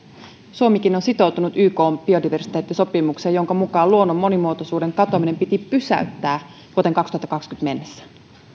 suomikin on sitoutunut ykn biodiversiteettisopimukseen jonka mukaan luonnon monimuotoisuuden katoaminen piti pysäyttää vuoteen kaksituhattakaksikymmentä mennessä